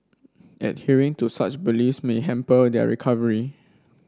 adhering to such beliefs may hamper their recovery